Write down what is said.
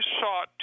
sought